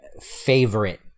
favorite